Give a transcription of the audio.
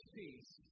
peace